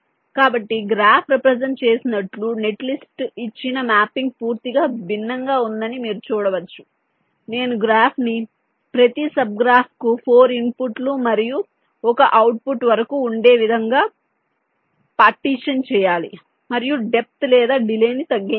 కాబట్టి graph represent చేసినట్లు netlist ఇచ్చిన మ్యాపింగ్ పూర్తిగా భిన్నంగా ఉందని మీరు చూడవచ్చు నేను ఈ గ్రాఫ్ను ప్రతి సబ్ గ్రాఫ్కు 4 ఇన్పుట్లు మరియు 1 అవుట్పుట్ వరకు ఉండే విధంగా పార్టీషన్ చేయాలి మరియు డెప్త్ లేదా డిలే ని తగ్గించాలి